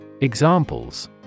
Examples